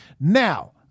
Now